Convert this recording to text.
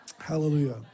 Hallelujah